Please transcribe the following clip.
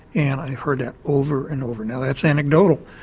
and i've heard that over and over. and that's anecdotal,